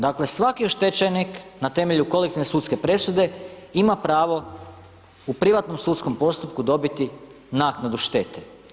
Dakle, svaki oštećenik na temelju kolektivne sudske presude ima pravo u privatnom sudskom postupku dobiti naknadu štete.